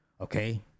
Okay